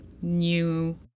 new